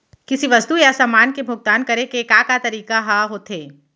किसी वस्तु या समान के भुगतान करे के का का तरीका ह होथे?